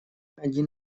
один